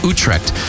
Utrecht